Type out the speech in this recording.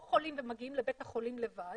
או חולים ומגיעים לבית החולים לבד